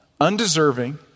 undeserving